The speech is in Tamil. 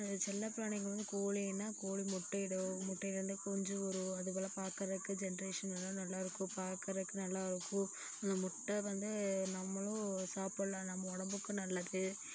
செல்ல பிராணிகள் வந்து கோழினால் கோழி முட்டை இடும் முட்டைலேருந்து குஞ்சு வரும் அதுங்கள பார்க்குறதுக்கு ஜென்ரேஷன்லான் நல்லாயிருக்கும் பார்க்குறக்கு நல்லாயிருக்கும் மு முட்டை வந்து நம்மளும் சாப்பிட்லாம் நம்ம உடம்புக்கும் நல்லது